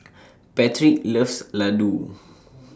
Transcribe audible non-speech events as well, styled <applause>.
<noise> Patric loves Ladoo